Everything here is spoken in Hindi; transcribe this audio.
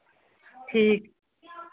ठीक